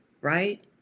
right